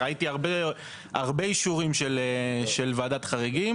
ראיתי הרבה אישורים של ועדת חריגים,